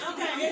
Okay